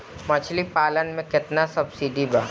मछली पालन मे केतना सबसिडी बा?